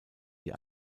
die